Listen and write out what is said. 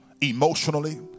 emotionally